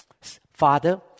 Father